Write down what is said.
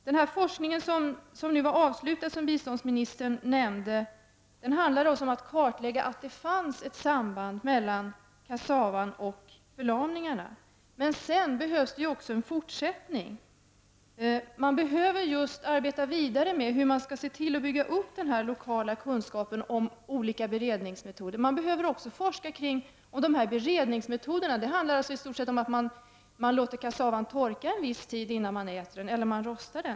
Den forskning som nu är avslutad och som biståndsministern nämnde handlar alltså om att kartlägga att det finns ett samband mellan kassava och förlamning. Men sedan behövs också en fortsättning. Man behöver arbeta vidare med att bygga upp lokal kunskap om olika beredningsmetoder. Man behöver också forskning om beredningsmetoderna. Det handlar alltså i stort om att man låter kassavan torka en viss tid innan man äter den, eller rostar den.